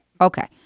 Okay